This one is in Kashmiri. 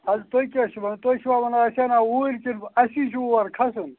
اَدٕ تُہۍ کیٛاہ چھُو وَنان تُہۍ چھُوَ وَنان أسۍ اَنَو اوٗرۍ کِنہٕ اَسی چھُ اور کھَسُن